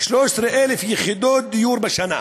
13,000 יחידות דיור בשנה,